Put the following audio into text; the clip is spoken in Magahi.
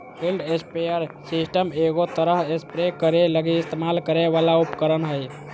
फील्ड स्प्रेयर सिस्टम एगो तरह स्प्रे करे लगी इस्तेमाल करे वाला उपकरण हइ